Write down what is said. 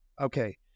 Okay